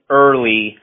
early